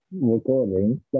Recording